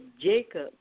Jacob